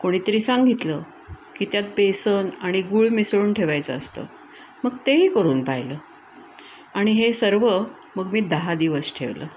कोणीतरी सांगितलं की त्यात बेसन आणि गूळ मिसळून ठेवायचं असतं मग तेही करून पाहिलं आणि हे सर्व मग मी दहा दिवस ठेवलं